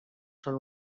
són